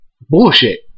Bullshit